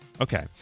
Okay